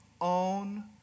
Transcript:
own